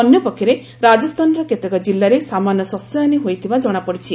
ଅନ୍ୟପକ୍ଷରେ ରାଜସ୍ଥାନର କେତେକ ଜିଲ୍ଲାରେ ସାମାନ୍ୟ ଶସ୍ୟହାନୀ ହୋଇଥିବା ଜଣାପଡିଛି